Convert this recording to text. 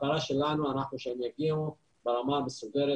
המטרה שלנו היא שהם יגיעו ברמה המסודרת